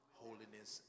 holiness